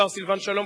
השר סילבן שלום.